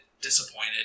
disappointed